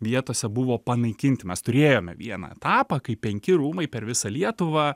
vietose buvo panaikinti mes turėjome vieną etapą kai penki rūmai per visą lietuvą